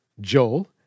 Joel